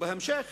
בהמשך